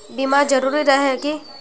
बीमा जरूरी रहे है की?